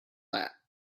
that